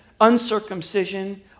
uncircumcision